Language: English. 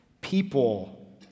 People